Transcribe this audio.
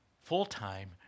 full-time